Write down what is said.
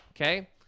okay